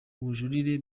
ubujurire